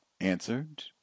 answered